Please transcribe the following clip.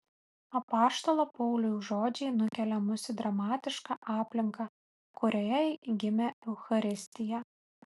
apaštalo pauliaus žodžiai nukelia mus į dramatišką aplinką kurioje gimė eucharistija